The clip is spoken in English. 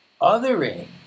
othering